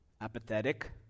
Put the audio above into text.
apathetic